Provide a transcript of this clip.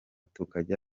tukajya